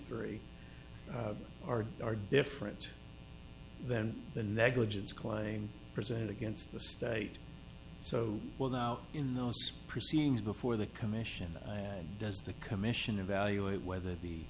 three are are different than the negligence claim presented against the state so well now in those proceedings before the commission and does the commission evaluate whether the